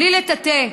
בלי לטאטא,